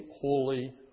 holy